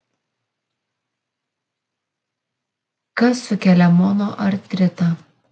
kas sukelia monoartritą